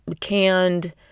canned